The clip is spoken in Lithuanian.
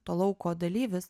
to lauko dalyvis